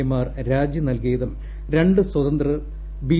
A മാർ രാജി നൽകിയതും ക്ട് സ്വതന്ത്രർ ബി